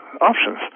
options